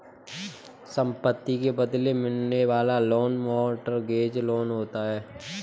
संपत्ति के बदले मिलने वाला लोन मोर्टगेज लोन होता है